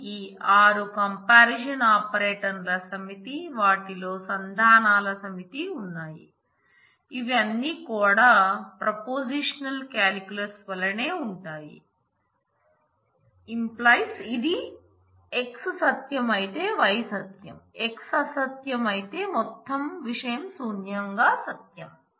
దీనికి ఆరు కంపారిసిన్ ఆపరేటర్ల వలె నే ఉంటాయి⇒ఇది x సత్యం అయితే y సత్యం x అసత్యం అయితే మొత్తం విషయం శూన్యంగా సత్యం